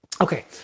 Okay